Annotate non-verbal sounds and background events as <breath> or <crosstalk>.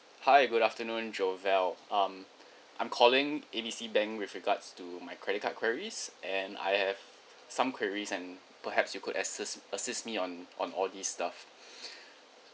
hi good afternoon javal um I'm calling A B C bank with regards to my credit card queries and I have some queries and perhaps you could assist assist me on on all this stuff <breath>